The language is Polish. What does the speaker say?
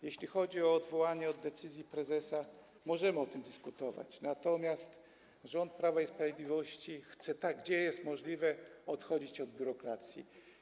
Jeśli chodzi o odwołanie od decyzji prezesa, możemy o tym dyskutować, natomiast rząd Prawa i Sprawiedliwości chce, gdzie to jest możliwe, odchodzić od biurokracji.